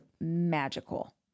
magical